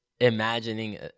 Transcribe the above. imagining